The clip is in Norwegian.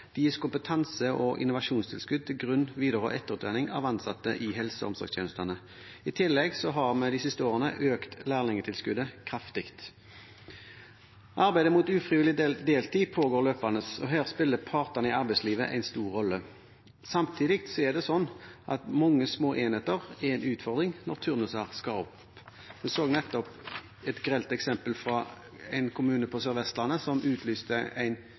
det gis kompetanse- og innovasjonstilskudd til grunn-, videre- og etterutdanning av ansatte i helse- og omsorgstjenestene. I tillegg har vi de siste årene økt lærlingtilskuddet kraftig. Arbeidet mot ufrivillig deltid pågår løpende, og her spiller partene i arbeidslivet en stor rolle. Samtidig er det slik at mange små enheter er en utfordring når turnuser skal gå opp. Vi så nettopp et grelt eksempel fra en kommune på Sør-Vestlandet som utlyste en